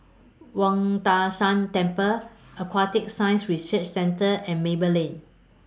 Wang Tai Shan Temple Aquatic Science Research Centre and Maple Lane